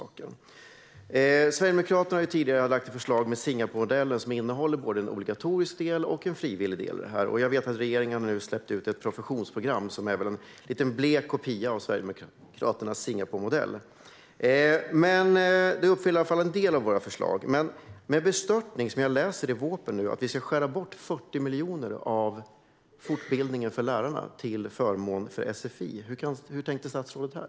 Sverigedemokraterna har tidigare lagt fram ett förslag utifrån Singaporemodellen, som innehåller både en obligatorisk och en frivillig del. Jag vet att regeringen nu har släppt ett professionsprogram, som väl är en lite blek kopia av Sverigedemokraternas Singaporemodell. Men det uppfyller i alla fall en del av våra förslag. Det är dock med bestörtning jag läser i vårpropositionen att vi ska skära bort 40 miljoner från fortbildningen för lärarna till förmån för sfi. Hur tänkte statsrådet där?